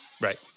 Right